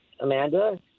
Amanda